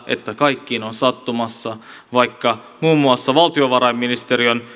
että kaikkiin on sattumassa vaikka muun muassa valtiovarainministeriön